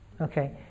Okay